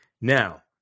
Now